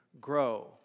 grow